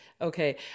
okay